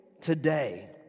today